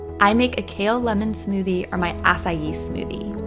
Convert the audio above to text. i make a kale lemon smoothie or my acai yeah smoothie.